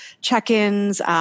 check-ins